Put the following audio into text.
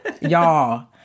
Y'all